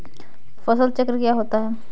फसल चक्र क्या होता है?